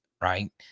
right